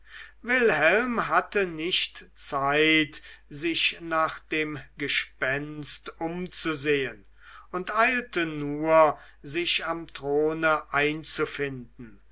wilhelm hatte nicht zeit sich nach dem gespenst umzusehen und eilte nur sich am throne einzufinden